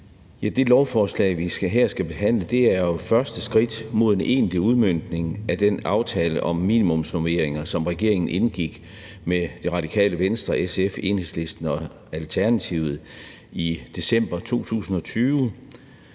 Det lovforslag, vi her skal behandle, er jo første skridt mod en egentlig udmøntning af den aftale om minimumsnormeringer, som regeringen indgik med Det Radikale Venstre, SF, Enhedslisten og Alternativet i december 2020.